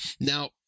Now